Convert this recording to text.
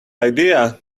idea